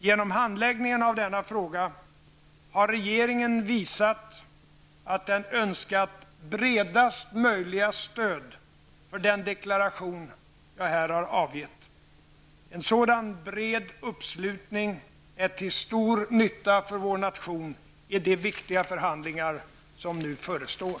Genom handläggningen av denna fråga har regeringen visat att den önskat bredast möjliga stöd för den deklaration jag här har avgett. En sådan bred uppslutning är till stor nytta för vår nation i de viktiga förhandlingar som förestår.